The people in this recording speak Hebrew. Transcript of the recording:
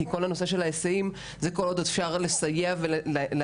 כי כל הנושא של ההיסעים זה כל עוד אפשר לסייע ולהביא